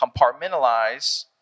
compartmentalize